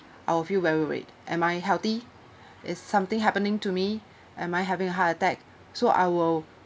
I'll feel very worried am I healthy is something happening to me am I having a heart attack so I will